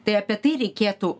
tai apie tai reikėtų